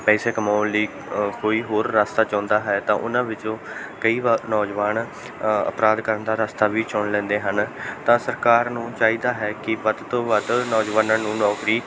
ਪੈਸੇ ਕਮਾਉਣ ਲਈ ਕੋਈ ਹੋਰ ਰਸਤਾ ਚਾਹੁੰਦਾ ਹੈ ਤਾਂ ਉਹਨਾਂ ਵਿੱਚੋਂ ਕਈ ਵਾਰ ਨੌਜਵਾਨ ਅਪਰਾਧ ਕਰਨ ਦਾ ਰਸਤਾ ਵੀ ਚੁਣ ਲੈਂਦੇ ਹਨ ਤਾਂ ਸਰਕਾਰ ਨੂੰ ਚਾਹੀਦਾ ਹੈ ਕਿ ਵੱਧ ਤੋਂ ਵੱਧ ਨੌਜਵਾਨਾਂ ਨੂੰ ਨੌਕਰੀ